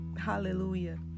Hallelujah